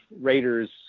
Raiders